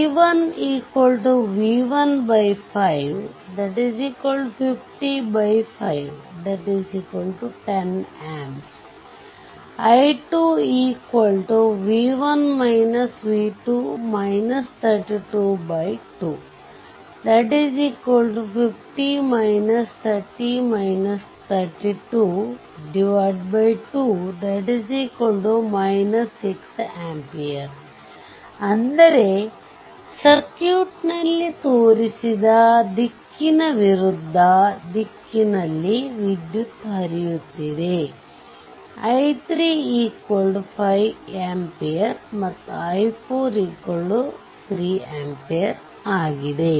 i1 v1 5 505 10amps i2 2 2 6amps ಅಂದರೆ ಸರ್ಕ್ಯೂಟ್ನಲ್ಲಿ ತೋರಿಸಿದ ದಿಕ್ಕಿನ ವಿರುದ್ದ ದಿಕ್ಕಿನಲ್ಲಿ ವಿದ್ಯುತ್ ಹರಿಯುತ್ತಿದೆ i3 5 ampere ಮತ್ತು i4 3 ampere ಆಗಿದೆ